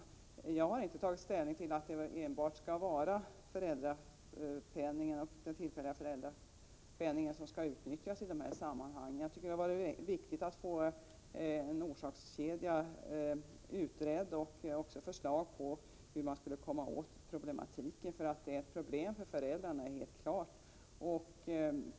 Jag har inte tagit ställning till att det enbart skall vara den tillfälliga föräldrapenningen eller föräldrapenningen som skall utnyttjas i dessa sammanhang utan tycker att det är viktigt att få en orsakskedja till stånd och också förslag till hur man skall komma åt problematiken. Att det är ett problem för föräldrarna står helt klart.